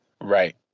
Right